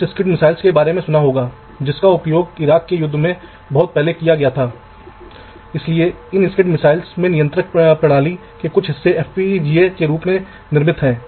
इसलिए ग्रिड जैसी संरचना के बारे में बात कर रहा हूं इसलिए मैं आपको इसी तरह का एक और तरीका दिखा रहा हूं